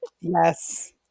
Yes